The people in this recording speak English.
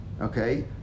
Okay